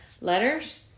letters